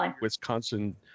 Wisconsin